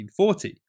1940